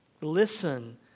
Listen